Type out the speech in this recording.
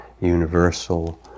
universal